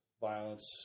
violence